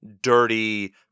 dirty